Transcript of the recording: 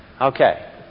Okay